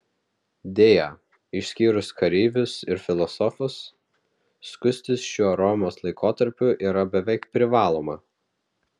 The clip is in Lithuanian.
deja išskyrus kareivius ir filosofus skustis šiuo romos laikotarpiu yra beveik privaloma